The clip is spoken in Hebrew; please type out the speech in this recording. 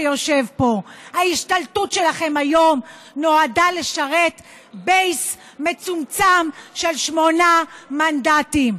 שיושב פה: ההשתלטות שלכם היום נועדה לשרת base מצומצם של שמונה מנדטים.